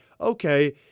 okay –